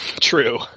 True